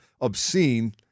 obscene